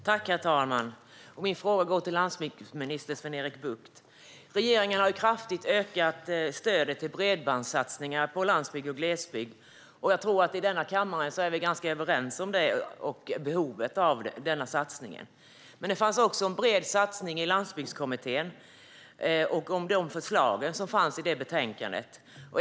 Herr talman! Min fråga går till landsbygdsminister Sven-Erik Bucht. Regeringen har kraftigt ökat stödet till bredbandssatsningar på landsbygden och i glesbygd. Jag tror att den här kammaren är ganska överens om att det är bra och om behovet av den satsningen. Men det fanns också förslag på en bred satsning i Landsbygdskommitténs betänkande.